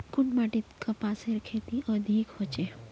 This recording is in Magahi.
कुन माटित कपासेर खेती अधिक होचे?